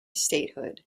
statehood